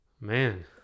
Man